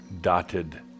dotted